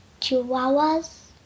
Chihuahuas